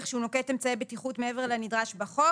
שהוא נוקט אמצעי בטיחות מעבר לנדרש בחוק,